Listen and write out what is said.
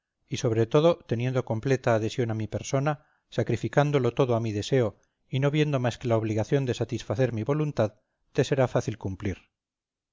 y sobre todo teniendo completa adhesión a mi persona sacrificándolo todo a mi deseo y no viendo más que la obligación de satisfacer mi voluntad te será fácil cumplir